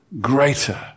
greater